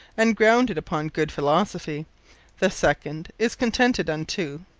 and grounded upon good philosophy the second is consented unto,